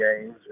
games